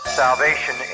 salvation